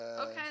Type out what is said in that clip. okay